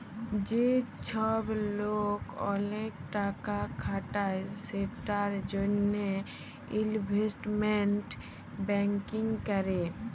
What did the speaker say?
যে চ্ছব লোক ওলেক টাকা খাটায় সেটার জনহে ইলভেস্টমেন্ট ব্যাঙ্কিং ক্যরে